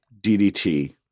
DDT